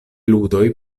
ludoj